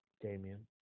Damien